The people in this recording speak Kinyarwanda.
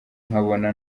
nkabona